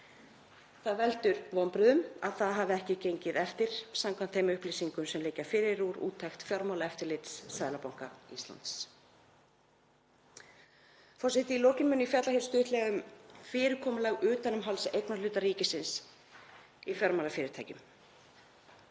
Það veldur vonbrigðum að það hafi ekki gengið eftir samkvæmt þeim upplýsingum sem liggja fyrir úr úttekt Fjármálaeftirlits Seðlabanka Íslands. Forseti. Í lokin mun ég fjalla hér stuttlega um fyrirkomulag utanumhalds eignarhluta ríkisins í fjármálafyrirtækjum.